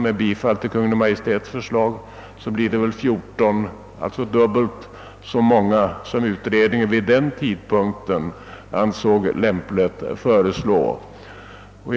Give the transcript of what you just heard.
Med bifall till Kungl. Maj:ts förslag blir det 14, alltså dubbelt så många handelssekreterare som utredningen på sin tid ansåg lämpligt att föreslå.